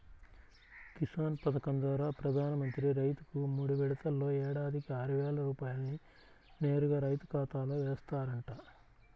కిసాన్ పథకం ద్వారా ప్రధాన మంత్రి రైతుకు మూడు విడతల్లో ఏడాదికి ఆరువేల రూపాయల్ని నేరుగా రైతు ఖాతాలో ఏస్తారంట